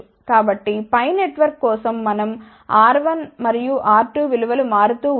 కాబట్టి π నెట్వర్క్ కోసం మనం R1 మరియు R2 విలువ లు మార్చు తూ ఉన్నాయి